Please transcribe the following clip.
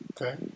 Okay